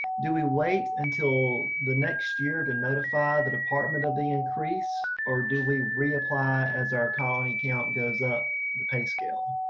do we wait until the next year to notify the department of the increase or do we reapply as our colony count goes up the pay scale?